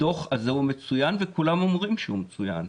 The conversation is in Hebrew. הדוח הזה הוא מצוין וכולם אומרים שהוא מצוין.